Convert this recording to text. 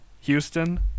houston